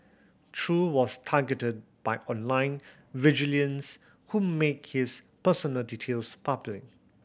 Chew was targeted by online vigilance who made his personal details public